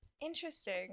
Interesting